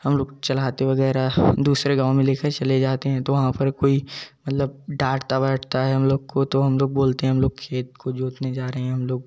हम लोग चलाते वगैरह दुसरे गाँव में लेकर चले जाते है तो वहाँ पर कोई मतलब डाटता वाटता है हम लोग को तो हम लोग बोलते है हम लोग खेत को जोतने जा रहे हम लोग